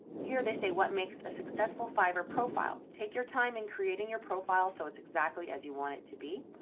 here they say what makes a successful fiverr profile. take your time and creating your profile so it's exactly as you want it to be.